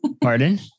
pardon